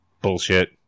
Bullshit